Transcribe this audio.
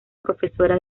profesora